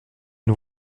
une